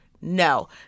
No